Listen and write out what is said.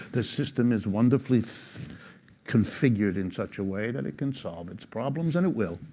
the system is wonderfully configured in such a way that it can solve its problems and it will.